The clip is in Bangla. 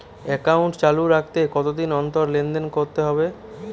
একাউন্ট চালু রাখতে কতদিন অন্তর লেনদেন করতে হবে?